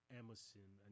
Emerson